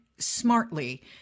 smartly